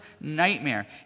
nightmare